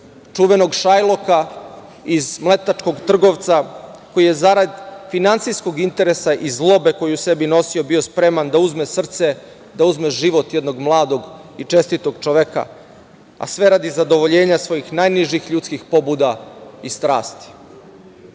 čuvenog Šajloka iz „Mletačkog trgovca“ koji je zarad finansijskog interesa i zlobe koju je u sebi nosio bio spreman da uzme srce, da uzme život jednog mladog i čestitog čoveka, a sve radi zadovoljenja svojih najnižih ljudskih pobuda i